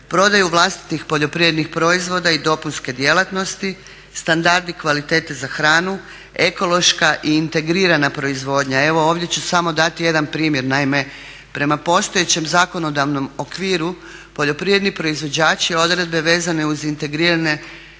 prodaju vlastitih poljoprivrednih proizvoda i dopunske djelatnosti, standardi kvalitete za hranu, ekološka i integrirana proizvodnja. Evo ovdje ću samo dati jedan primjer. Naime, prema postojećem zakonodavnom okviru poljoprivredni proizvođači odredbe vezane uz integrirane